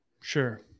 Sure